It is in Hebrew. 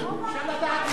אמרת את דברייך,